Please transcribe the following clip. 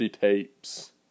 tapes